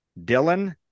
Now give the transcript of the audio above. Dylan